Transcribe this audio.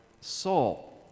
Saul